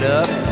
up